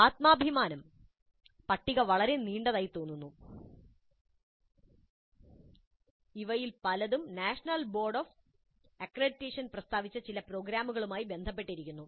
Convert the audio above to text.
ആത്മാഭിമാനം പട്ടിക വളരെ നീണ്ടതായി തോന്നുന്നു ഇവയിൽ പലതും നാഷണൽ ബോർഡ് ഓഫ് അക്രഡിറ്റേഷൻ പ്രസ്താവിച്ച ചില പ്രോഗ്രാം ഫലങ്ങളുമായി ബന്ധപ്പെട്ടിരിക്കുന്നു